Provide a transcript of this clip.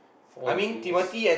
four years